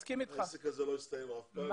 העסק הזה לא יסתיים אף פעם.